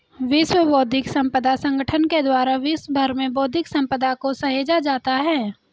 विश्व बौद्धिक संपदा संगठन के द्वारा विश्व भर में बौद्धिक सम्पदा को सहेजा जाता है